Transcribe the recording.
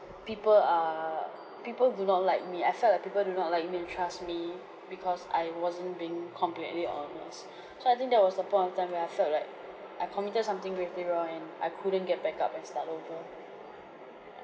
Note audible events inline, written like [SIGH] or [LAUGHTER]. people are people do not like me I felt like people do not like me and trust me because I wasn't being completely honest [BREATH] so I think that was the point of time where I felt like I committed something gravely wrong and I couldn't get back up and start over